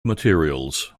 materials